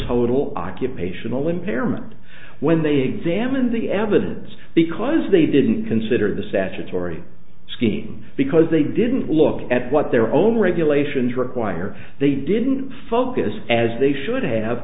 total occupational impairment when they examined the evidence because they didn't consider the statutory scheme because they didn't look at what their own regulations require they didn't focus as they should have